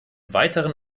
weiteren